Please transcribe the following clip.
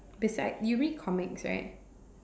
beside you read comics right